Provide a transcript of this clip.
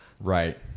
Right